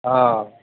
অঁ